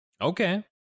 Okay